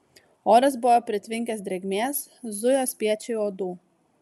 oras buvo pritvinkęs drėgmės zujo spiečiai uodų